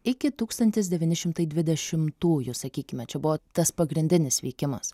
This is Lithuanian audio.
iki tūkstantis devyni šimtai dvidešimtųjų sakykime čia buvo tas pagrindinis vykimas